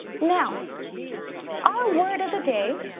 now our word of the day,